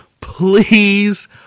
please